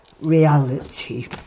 Reality